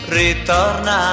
ritorna